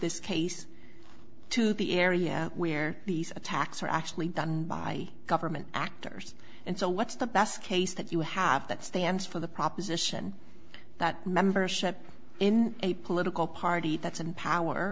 this case to the area where these attacks are actually done by government actors and so what's the best case that you have that stands for the proposition that membership in a political party that's in power